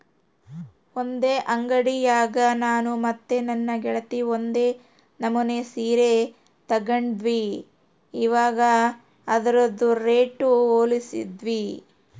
ಒಂದೇ ಅಂಡಿಯಾಗ ನಾನು ಮತ್ತೆ ನನ್ನ ಗೆಳತಿ ಒಂದೇ ನಮನೆ ಸೀರೆ ತಗಂಡಿದ್ವಿ, ಇವಗ ಅದ್ರುದು ರೇಟು ಹೋಲಿಸ್ತಿದ್ವಿ